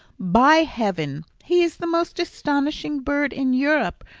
by heaven, he is the most astonishing bird in europe!